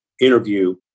interview